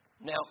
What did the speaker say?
Now